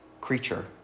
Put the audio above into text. creature